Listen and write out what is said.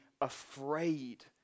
afraid